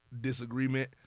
disagreement